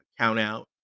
countout